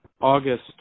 August